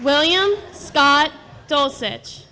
william scott dosage